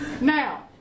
Now